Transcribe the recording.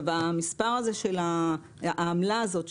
העמלה הזאת,